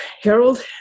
Harold